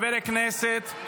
מזכיר הכנסת,